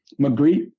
Magritte